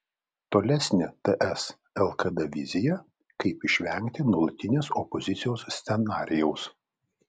tolesnė ts lkd vizija kaip išvengti nuolatinės opozicijos scenarijaus